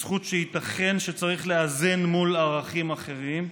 זכות שייתכן שצריך לאזן מול ערכים אחרים,